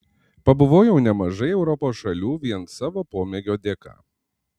pabuvojau nemažai europos šalių vien savo pomėgio dėka